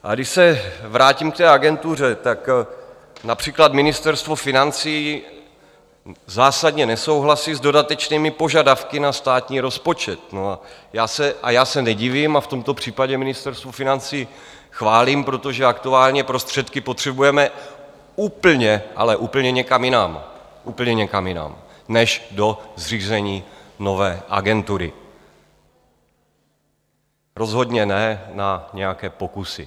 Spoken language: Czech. A když se vrátím k té agentuře, například Ministerstvo financí zásadně nesouhlasí s dodatečnými požadavky na státní rozpočet, a já se nedivím a v tomto případě Ministerstvo financí chválím, protože aktuálně prostředky potřebujeme úplně, ale úplně někam jinam, úplně někam jinam než do zřízení nové agentury, rozhodně ne na nějaké pokusy.